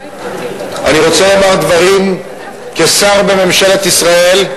אני רוצה לומר דברים כשר בממשלת ישראל,